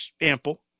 ample